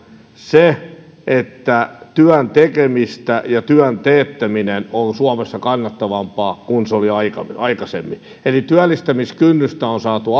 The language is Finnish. sen että työn tekeminen ja työn teettäminen on suomessa kannattavampaa kuin se oli aikaisemmin eli työllistämiskynnystä on saatu